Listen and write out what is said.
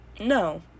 No